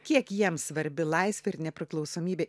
kiek jiems svarbi laisvė ir nepriklausomybė